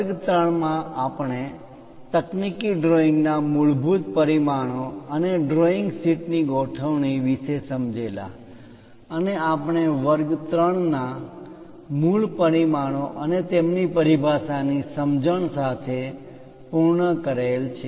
વર્ગ વ્યાખ્યાન 3 માં આપણે તકનીકી ડ્રોઇંગ ના મૂળભૂત પરિમાણો અને ડ્રોઈંગ શીટ ની ગોઠવણી લેઆઉટ વિશે સમજેલા અને આપણે વર્ગ વ્યાખ્યાન 3 મૂળ પરિમાણો અને તેમની પરિભાષાની સમજણ સાથે પૂર્ણ સમાપ્ત કરેલ છે